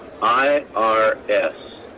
IRS